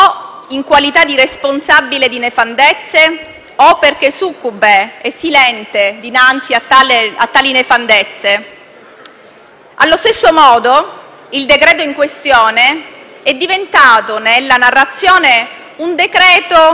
in qualità di responsabile di nefandezze o perché succube e silente dinanzi ad esse. Allo stesso modo il provvedimento in esame è diventato nella narrazione un decreto-legge